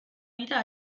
vida